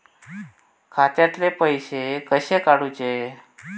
खात्यातले पैसे कसे काडूचे?